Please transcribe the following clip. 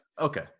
Okay